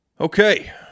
Okay